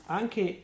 anche